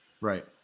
Right